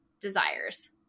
desires